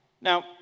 Now